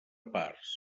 parts